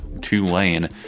Tulane